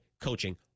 coaching